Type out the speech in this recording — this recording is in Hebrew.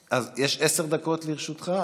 אז עשר דקות לרשותך.